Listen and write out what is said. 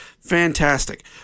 fantastic